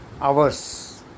hours